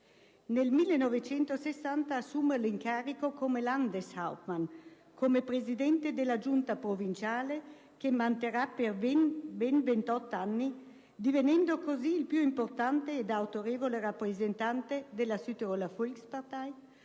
Nel 1960 assume l'incarico come *Landeshauptmann*, presidente della Giunta provinciale, che manterrà per ben 28 anni, divenendo così il più importante ed autorevole rappresentante della Südtiroler Volkspartei,